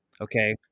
Okay